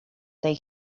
tej